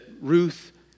Ruth